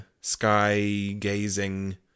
sky-gazing